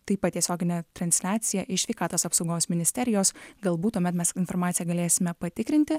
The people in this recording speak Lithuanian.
taip pat tiesioginė transliacija iš sveikatos apsaugos ministerijos galbūt tuomet mes informaciją galėsime patikrinti